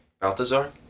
Balthazar